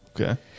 Okay